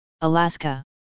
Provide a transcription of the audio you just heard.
Alaska